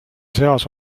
seas